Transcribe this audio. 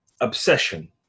obsession